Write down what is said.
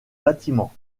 bâtiment